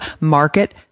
market